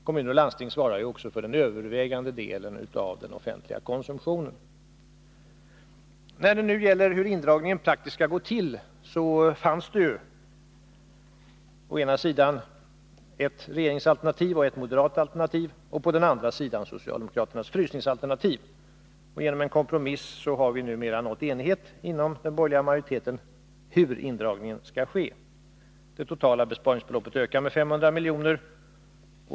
Kommuner och landsting svarar ju också för den övervägande delen av den offentliga konsumtionen. När det gäller frågan, hur indragningen praktiskt skall gå till, fanns det å ena sidan ett regeringsalternativ och ett moderat alternativ och å andra sidan socialdemokraternas frysningsalternativ. Genom en kompromiss har numera enighet uppnåtts inom den borgerliga majoriteten om hur indragningen skall göras. Det totala besparingsbeloppet ökar med 500 miljoner.